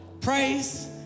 Praise